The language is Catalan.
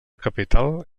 capital